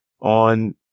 on